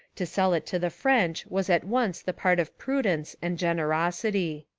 to sell it to the french was at once the part of prudence and generosity.